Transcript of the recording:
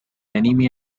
enemy